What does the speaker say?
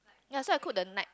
ya so I cook the night